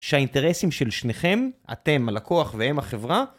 שהאינטרסים של שניכם, אתם הלקוח והם החברה.